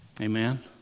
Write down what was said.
Amen